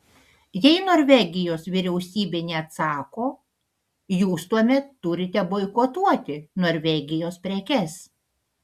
jei norvegijos vyriausybė neatsako jūs tuomet turite boikotuoti norvegijos prekes